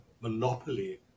monopoly